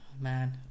Man